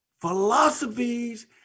philosophies